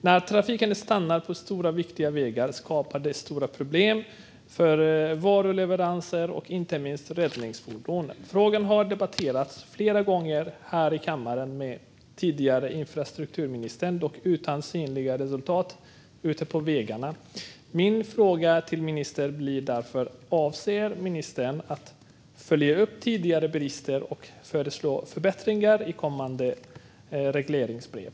När trafiken stannar på stora viktiga vägar skapar det stora problem för varuleveranser och inte minst för räddningsfordonen. Frågan har debatterats flera gånger här i kammaren med den tidigare infrastrukturministern, dock utan synliga resultat ute på vägarna. Min fråga till ministern blir därför: Avser ministern att följa upp tidigare brister och föreslå förbättringar i kommande regleringsbrev?